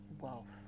wealth